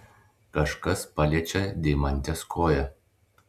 kažkas paliečia deimantės koją